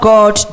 God